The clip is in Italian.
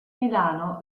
milano